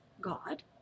God